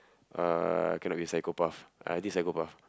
uh cannot be psychopath I did psychopath